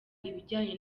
ibijyanye